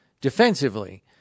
defensively